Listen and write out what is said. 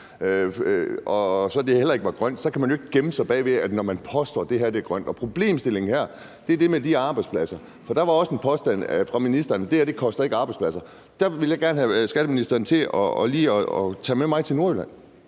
om det ikke er grønt, kan man jo ikke gemme sig bag ved det, når man påstår, at det her er grønt. Problemstillingen her er det med de arbejdspladser, for der var også en påstand fra ministerens side om, at det her ikke koster arbejdspladser. Derfor vil jeg gerne have skatteministeren til lige at tage med mig til Nordjylland,